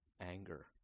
anger